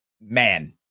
man